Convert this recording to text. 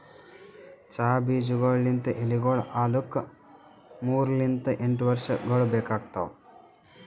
ಚಹಾ ಬೀಜಗೊಳ್ ಲಿಂತ್ ಎಲಿಗೊಳ್ ಆಲುಕ್ ಮೂರು ಲಿಂತ್ ಎಂಟು ವರ್ಷಗೊಳ್ ಬೇಕಾತವ್